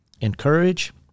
encourage